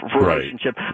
relationship